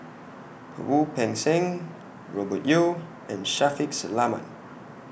Wu Peng Seng Robert Yeo and Shaffiq Selamat